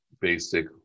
basic